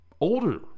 older